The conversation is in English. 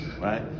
right